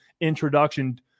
introduction